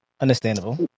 understandable